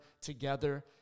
together